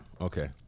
Okay